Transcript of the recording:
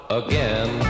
again